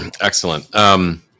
excellent